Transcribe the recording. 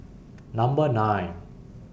Number nine